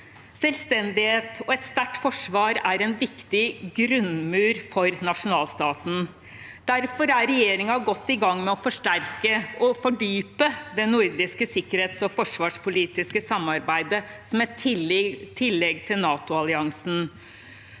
Selvstendighet og et sterkt forsvar er en viktig grunnmur for nasjonalstaten. Derfor er regjeringen godt i gang med å forsterke og fordype det nordiske sikkerhets- og forsvarspolitiske samarbeidet som et tillegg til NATO-alliansen.